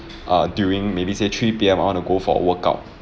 uh during maybe say three P_M I want to go for a workout